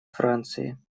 франции